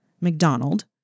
McDonald